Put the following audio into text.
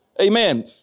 Amen